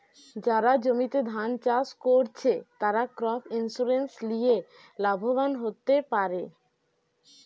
যারা জমিতে ধান চাষ কোরছে, তারা ক্রপ ইন্সুরেন্স লিয়ে লাভবান হোতে পারে